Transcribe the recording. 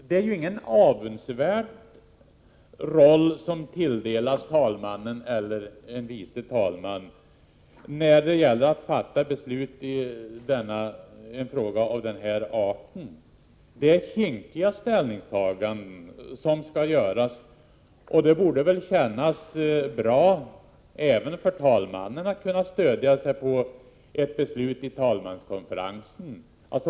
Det är ju ingen avundsvärd roll som tilldelas talmannen eller en vice talman när det gäller att fatta beslut i en fråga av den här arten. Det är kinkiga ställningstaganden som skall göras, och det borde väl kännas bra även för talmannen att kunna stödja sig på ett beslut i talmanskonferensen.